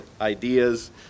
ideas